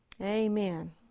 Amen